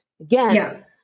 Again